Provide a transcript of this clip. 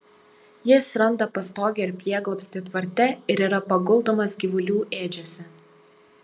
jis randa pastogę ir prieglobstį tvarte ir yra paguldomas gyvulių ėdžiose